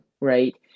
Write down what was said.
right